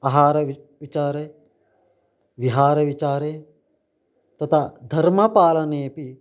आहार विचारे विहारविचारे तथा धर्मपालनेपि